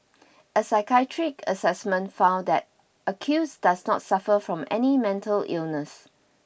a psychiatric assessment found that accuse does not suffer from any mental illness